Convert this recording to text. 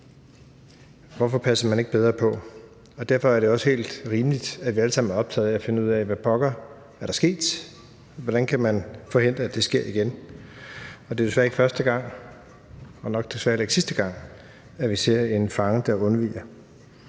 hvorfor passede man ikke bedre på? Derfor er det også helt rimeligt, at vi alle sammen er optaget af at finde ud af, hvad pokker der er sket, og hvordan man kan forhindre, at det sker igen. Det er jo desværre ikke første gang og nok desværre heller ikke sidste gang, at vi ser en fange, der undviger.